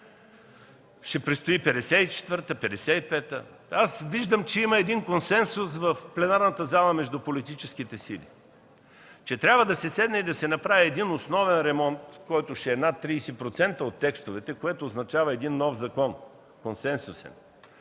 Ще предстои 54, 55 ... Виждам, че има консенсус в пленарната зала между политическите сили, че трябва да се седне и да се направи един основен ремонт, който ще е над 30% от текстовете, което означава един нов консенсусен